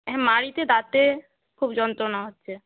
হ্যাঁ মাড়িতে দাঁতে খুব যন্ত্রণা হচ্ছে